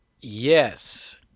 Yes